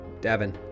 Davin